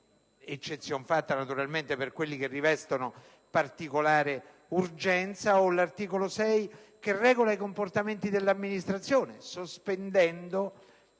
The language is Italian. eccezione fatta per quelli che rivestono particolare urgenza. L'articolo 6 regola i comportamenti dell'amministrazione, prevede